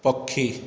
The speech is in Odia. ପକ୍ଷୀ